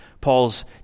Paul's